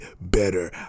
better